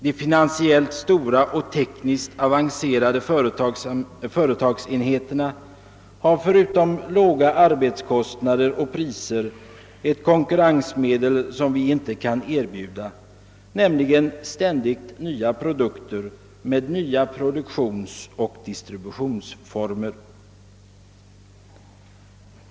De finansiellt stora och tekniskt avancerade företagsenheterna har förutom låga arbetskostnader och priser ett konkurrensmedel som vi inte kan erbjuda, nämligen ständigt nya produkter med nya produktionsoch distributionsformer.